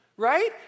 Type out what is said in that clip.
right